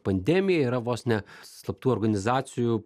pandemija yra vos ne slaptų organizacijų